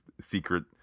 secret